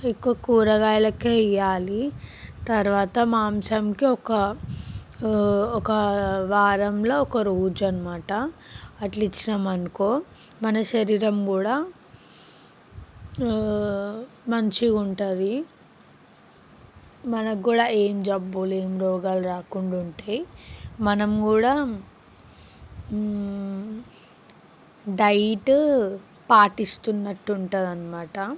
ఎక్కువ కూరగాయలకే ఇయ్యాలి తర్వాత మాంసంకి ఒక ఒక వారంలో ఒక రోజు అన్నమాట అట్లా ఇచ్చినాము అనుకో మన శరీరం కూడా మంచిగా ఉంటుంది మనకి కూడా ఏం జబ్బులు ఏమి రోగాలు రాకుండా ఉంటాయి మనం కూడా డైట్ పాటిస్తున్నట్టు ఉంటుందన్నమాట